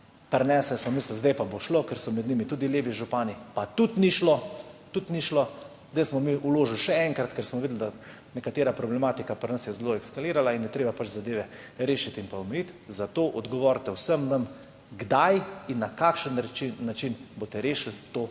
prinesli, smo mislili, zdaj pa bo šlo, ker so med njimi tudi levi župani, pa tudi ni šlo. Tudi ni šlo. Zdaj smo mi vložili še enkrat, ker smo videli, da je neka problematika pri nas zelo eskalirala in je treba zadeve rešiti in omejiti. Zato odgovorite vsem nam, kdaj in na kakšen način boste rešili to